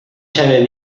sabe